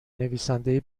نویسنده